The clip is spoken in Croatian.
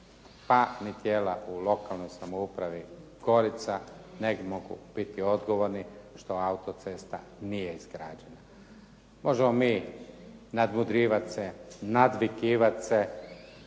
pa ni tijela u lokalnoj samoupravi Gorica ne mogu biti odgovorni što auto-cesta nije izgrađena. Možemo mi nadmudrivati se, nadvikivati se